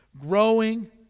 Growing